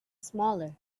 smaller